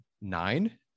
nine